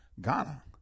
Ghana